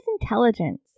intelligence